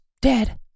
dead